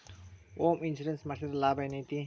Home insurance ಮಡ್ಸಿದ್ರ ಲಾಭೆನೈತಿ?